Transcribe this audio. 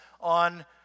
on